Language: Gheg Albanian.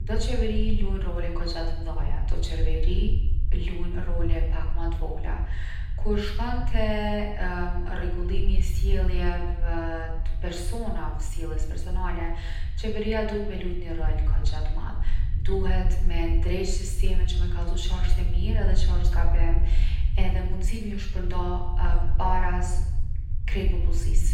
Do qeveri lujn role kogja t’mdhaja, do qeveri lujn role pak ma t’vogla. Kur shkon te rregullimi i sjelljeve t’personave, sjelljes personale, qeveria duhet me lujt ni rol kogja t’madh. Duhet me ndreq sistemin që me kallzu qa osht e mirë edhe qa osht gabim. Edhe mundsitë me ju shpërnda baraz krejt popullsisë.